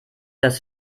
das